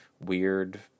weird